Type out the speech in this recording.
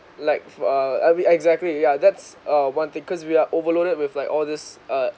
like err I'll be exactly yeah that's uh one thing cause we are overloaded with like all this uh